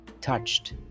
touched